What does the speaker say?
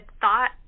thought